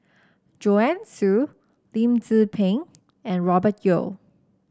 Joanne Soo Lim Tze Peng and Robert Yeo